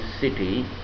city